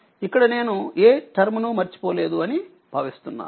ఇక్కడ నేను ఏ టర్మ్ ను మర్చిపోలేదు అని భావిస్తున్నాను